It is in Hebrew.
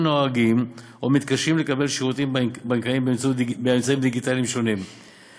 נוהגים לקבל שירותים בנקאיים באמצעים הדיגיטליים השונים או מתקשים בכך.